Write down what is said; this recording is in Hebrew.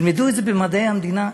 ילמדו את זה במדעי המדינה,